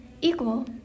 equal